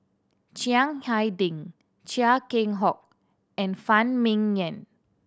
Chiang Hai Ding Chia Keng Hock and Phan Ming Yen